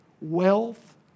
wealth